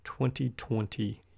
2020